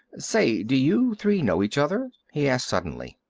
say, do you three know each other? he asked suddenly.